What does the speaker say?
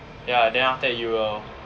ya then after that you will